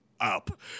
up